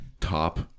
top